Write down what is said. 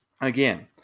again